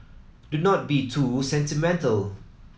do not be too sentimental